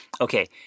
Okay